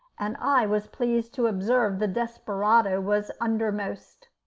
and i was pleased to observe the desperado was undermost.